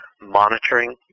monitoring